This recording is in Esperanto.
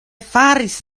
faris